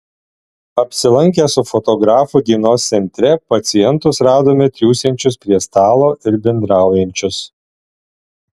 apsilankę su fotografu dienos centre pacientus radome triūsiančius prie stalo ir bendraujančius